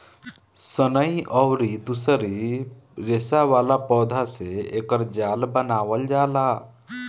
सनई अउरी दूसरी रेसा वाला पौधा से एकर जाल बनावल जाला